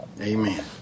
Amen